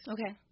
Okay